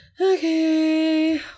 Okay